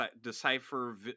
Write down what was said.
decipher